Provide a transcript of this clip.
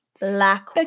Black